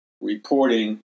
reporting